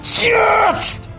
Yes